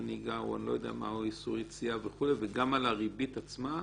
נהיגה או איסור יציאה וגם על הרבית עצמה?